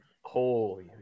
Holy